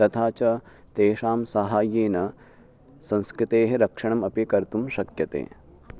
तथा च तेषां सहायेन संस्कृतेः रक्षणम् अपि कर्तुं शक्यते